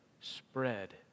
spread